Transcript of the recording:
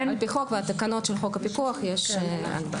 על-פי חוק והתקנות של חוק הפיקוח יש הגבלה.